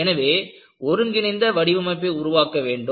எனவே ஒருங்கிணைந்த வடிவமைப்பை உருவாக்க வேண்டும்